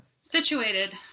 Situated